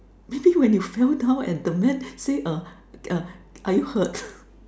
maybe when you fell down and the man say are you hurt